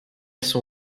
son